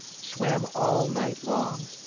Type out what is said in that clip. swam all night long.